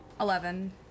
Eleven